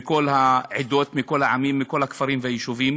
מכל העדות, מכל העמים, מכל הכפרים והיישובים.